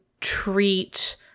treat